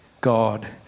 God